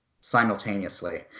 simultaneously